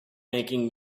making